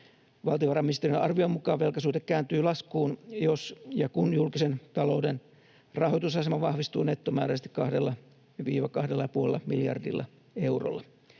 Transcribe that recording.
Valtiovarainministeriön arvion mukaan velkasuhde kääntyy laskuun, jos ja kun julkisen talouden rahoitusasema vahvistuu nettomääräisesti 2—2,5 miljardilla eurolla.